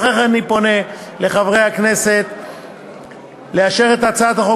לפיכך אני פונה לחברי הכנסת לאשר את הצעת החוק